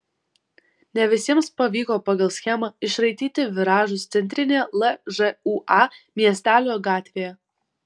ne visiems pavyko pagal schemą išraityti viražus centrinėje lžūa miestelio gatvėje